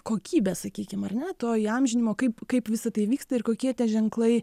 kokybe sakykim ar ne to įamžinimo kaip kaip visa tai vyksta ir kokie tie ženklai